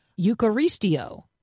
eucharistio